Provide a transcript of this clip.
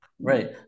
Right